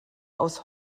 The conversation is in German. aus